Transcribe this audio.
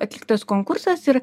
atliktas konkursas ir